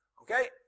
Okay